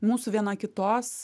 mūsų viena kitos